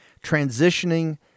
transitioning